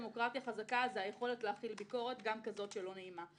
חזקה היא היכולת להכיל ביקורת, גם כזו שלא נעימה.